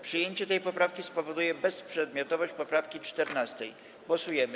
Przyjęcie tej poprawki spowoduje bezprzedmiotowość poprawki 14. Głosujemy.